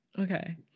Okay